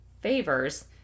favors